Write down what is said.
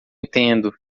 entendo